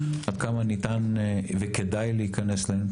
עד כמה ניתן וכדאי להיכנס אליהן.